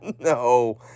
No